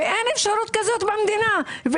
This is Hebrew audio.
ואין אפשרות כזו במדינה.